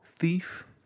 Thief